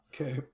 Okay